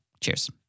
Cheers